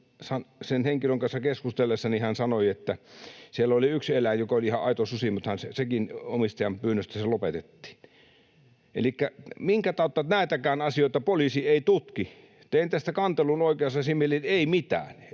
sen henkilön kanssa keskustellessani hän sanoi, että siellä oli yksi eläin, joka oli ihan aito susi, mutta sekin omistajan pyynnöstä lopetettiin. Elikkä minkä tautta näitäkään asioita poliisi ei tutki? Tein tästä kantelun oikeusasiamiehelle, ja ei mitään: